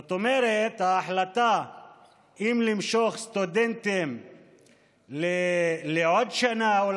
זאת אומרת שההחלטה אם למשוך סטודנטים לעוד שנה,